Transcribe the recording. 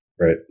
Right